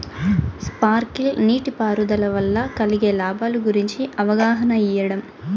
Sprinkle నీటిపారుదల వల్ల కలిగే లాభాల గురించి అవగాహన ఇయ్యడం?